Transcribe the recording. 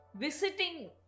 visiting